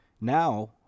now